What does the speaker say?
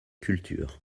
cultures